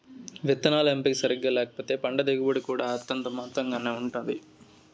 విత్తనాల ఎంపిక సరిగ్గా లేకపోతే పంట దిగుబడి కూడా అంతంత మాత్రం గానే ఉంటుంది